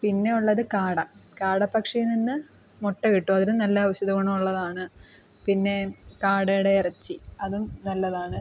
പിന്നെയുള്ളത് കാട കാടപ്പക്ഷിയിൽ നിന്ന് മുട്ട കിട്ടും അതിനും നല്ല ഔഷധഗുണം ഉള്ളതാണ് പിന്നെ കാടയുടെ ഇറച്ചി അതും നല്ലതാണ്